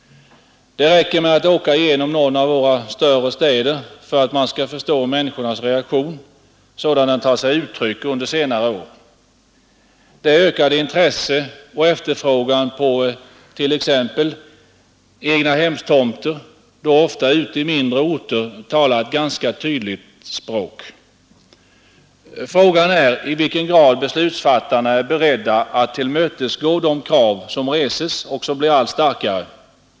Det räcker med att åka genom någon av våra större städer för att man skall förstå människornas reaktion, sådan den tagit sig uttryck under senare år. Den ökade efterfrågan på egnahemstomter, ofta ute i mindre orter, talar exempelvis ett ganska tydligt språk. Frågan är i vilken grad beslutsfattarna är beredda att tillmötesgå de krav som reses och som blir allt starkare.